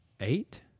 Eight